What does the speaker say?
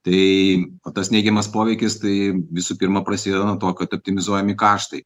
tai tas neigiamas poveikis tai visų pirma prasideda nuo to kad optimizuojami kaštai